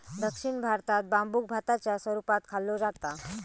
दक्षिण भारतात बांबुक भाताच्या स्वरूपात खाल्लो जाता